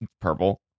Purple